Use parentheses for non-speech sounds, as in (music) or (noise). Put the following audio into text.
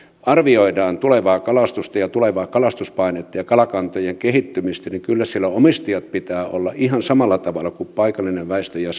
arvioidaan tulevaa kalastusta ja tulevaa kalastuspainetta ja kalakantojen kehittymistä niin kyllä siellä omistajien pitää olla mukana arvioimassa ihan samalla tavalla kuin paikallisen väestön ja (unintelligible)